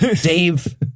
Dave